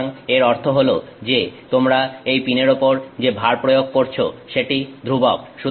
সুতরাং এর অর্থ হলো যে তোমরা এই পিনের ওপর যে ভার প্রয়োগ করছো সেটি ধ্রুবক